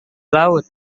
laut